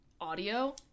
audio